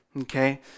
okay